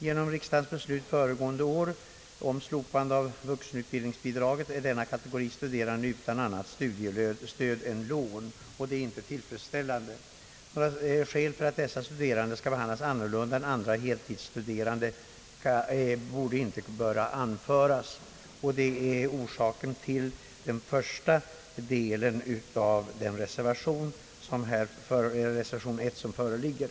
Genom riksdagens beslut föregående år om slopande av vuxenutbildningsbidraget är denna kategori studerande nu utan annat studiestöd än lån. Detta är inte tillfredsställande. Några skäl för att dessa studerande skall behandlas annorlunda än andra heltidsstuderande torde inte kunna anföras. Detta är motiveringen till den första delen av reservation I, som här föreligger.